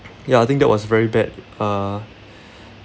ya I think that was very bad uh